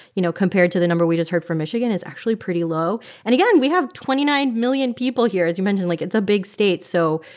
you know, compared to the number we just heard from michigan is actually pretty low. and again, we have twenty nine million people here. as you mentioned, like, it's a big state, so,